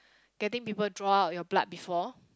getting people draw out your blood before